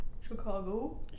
chicago